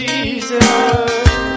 Jesus